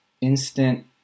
instant